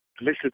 listen